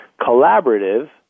Collaborative